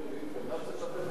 גם לה צריך לתת לחיות,